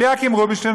אליקים רובינשטיין,